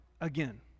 again